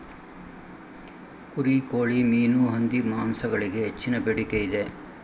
ಕುರಿ, ಕೋಳಿ, ಮೀನು, ಹಂದಿ ಮಾಂಸಗಳಿಗೆ ಹೆಚ್ಚಿನ ಬೇಡಿಕೆ ಇದೆ